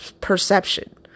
perception